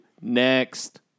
Next